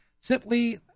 Simply